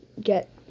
get